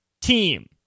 team